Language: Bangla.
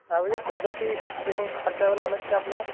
আর বলছি কত কী কীরকম খরচা বলে মনে হচ্ছে আপনার